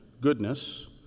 goodness